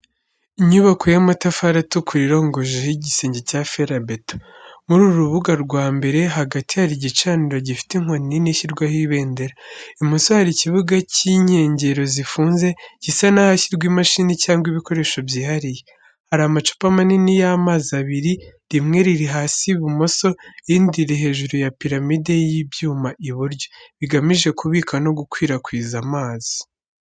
Inyubako y’amatafari atukura irongojeho igisenge cya ferabeto. Muri uru rubuga rwo imbere, hagati hari igicaniro gifite inkoni nini ishyirwaho ibendera. Ibumoso hari ikibuga cy’inkengero zifunze, gisa n’ahashyirwa imashini cyangwa ibikoresho byihariye. Hari amacupa manini y’amazi abiri, rimwe riri hasi ibumoso, irindi riri hejuru ya piramide y’ibyuma iburyo, bigamije kubika no gukwirakwiza amazi.